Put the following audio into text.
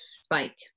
spike